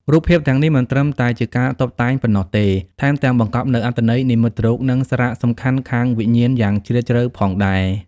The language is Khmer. រូបភាពទាំងនេះមិនត្រឹមតែជាការតុបតែងប៉ុណ្ណោះទេ ថែមទាំងបង្កប់នូវអត្ថន័យនិមិត្តរូប និងសារៈសំខាន់ខាងវិញ្ញាណយ៉ាងជ្រាលជ្រៅផងដែរ។